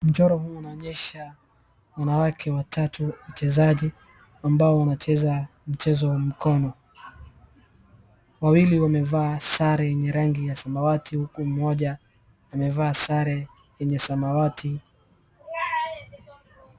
Mchoro huu unaonyesha wanawake watatu wachezaji ambao wanacheza mchezo wa mkono. Wawili wamevaa sare yenye rangi ya samawati uku mmoja amevaa sare yenye samawati.